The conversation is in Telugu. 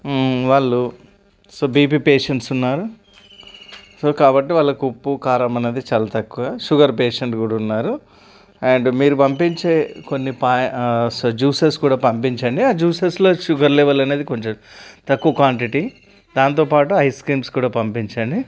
వాళ్ళు సో బీపీ పేషెంట్స్ ఉన్నారు సో కాబట్టి వాళ్ళకు ఉప్పు కారం అనేది చాలా తక్కువ షుగర్ పేషెంట్ కూడా ఉన్నారు అండ్ మీరు పంపించే కొన్ని జ్యూసెస్ కూడా పంపించండి ఆ జ్యూసెస్లో షుగర్ లెవెల్ అనేది కొంచెం తక్కువ క్వాంటిటీ దాంతో పాటు ఐస్ క్రీమ్స్ కూడా పంపించండి